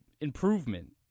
improvement